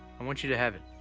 i want you to have it.